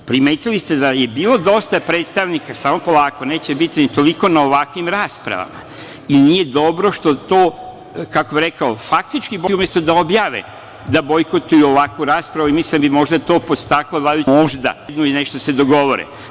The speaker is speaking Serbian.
Primetili ste da je bilo dosta predstavnika, samo polako, neće biti ni toliko na ovakvim raspravama i nije dobro što to, kako bih rekao, faktički bojkotuju, umesto da objave da bojkotuju ovakvu raspravu i mislim da bi možda to podstaklo vladajuću većinu da onda, možda, sednu i nešto se dogovore.